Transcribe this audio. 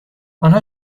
آنها